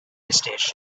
station